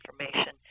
information